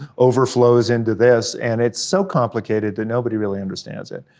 overflows into this. and it's so complicated that nobody really understands it.